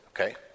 okay